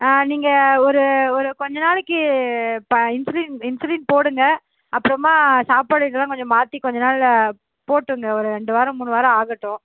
ஆ நீங்கள் ஒரு ஒரு கொஞ்ச நாளைக்கு இப்போ இன்சுலின் இன்சுலின் போடுங்க அப்புறமா சாப்பாடு இதெலாம் கொஞ்சம் மாற்றி கொஞ்ச நாள் போட்டுங்க ஒரு ரெண்டு வாரம் மூணு வாரம் ஆகட்டும்